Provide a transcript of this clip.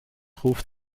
ruft